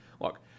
look